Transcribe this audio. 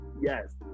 Yes